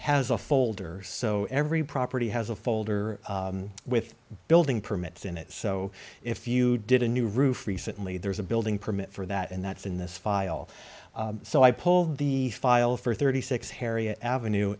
has a folder so every property has a folder with building permits in it so if you did a new roof recently there's a building permit for that and that's in this file so i pulled the file for thirty six harriet avenue